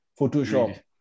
Photoshop